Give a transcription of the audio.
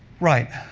right.